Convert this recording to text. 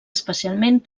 especialment